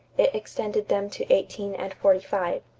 it extended them to eighteen and forty-five.